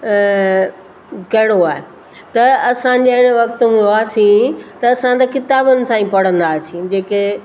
कहिड़ो आजे त असां जहिड़े वक़्त में हुआसीं त असां त किताबनि सां ई पढ़ंदा हुआसीं जेके